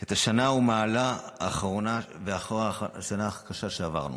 את השנה ומעלה האחרונה הקשה שעברנו.